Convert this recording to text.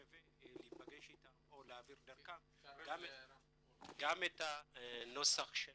שווה להיפגש איתם או להעביר דרכם גם את הנוסח של